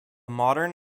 modern